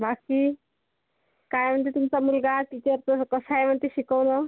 बाकी काय म्हणते तुमचा मुलगा टीचरचं कसं आहे म्हणते शिकवणं